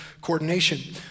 coordination